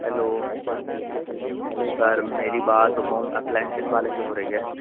hello sir मेरी बात home appliances वाले से हो रही है